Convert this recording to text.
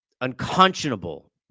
unconscionable